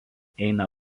eina